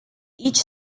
each